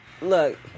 Look